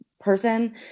person